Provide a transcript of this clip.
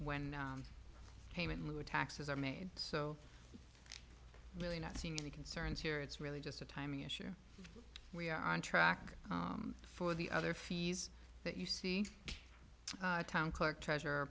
when payment lua taxes are made so really not seen any concerns here it's really just a timing issue we are on track for the other fees that you see town clerk treasurer